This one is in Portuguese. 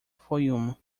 fayoum